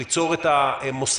ליצור את המוסדות,